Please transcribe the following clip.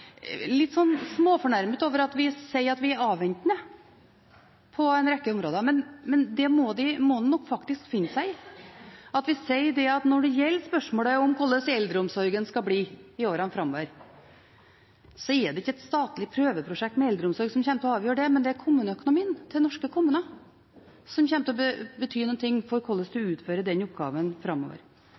over at vi sier at vi er avventende på en rekke områder. Men de må nok faktisk finne seg i at vi sier at når det gjelder spørsmålet om hvordan eldreomsorgen skal bli i årene framover, er det ikke et statlig prøveprosjekt med eldreomsorg som kommer til å avgjøre det, men det er kommuneøkonomien til norske kommuner som kommer til å bety noe for hvordan man utfører den oppgaven framover.